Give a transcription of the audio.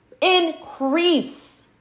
increase